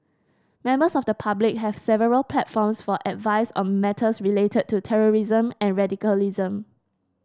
members of the public have several platforms for advice on matters related to terrorism and radicalism